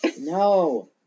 no